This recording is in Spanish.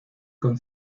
con